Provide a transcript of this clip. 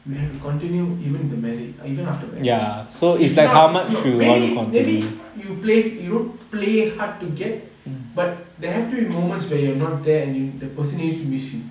we have to continue even if we married even after married if not if not maybe maybe you play you don't play hard to get but there have to be moments where you're not there and the person needs to miss you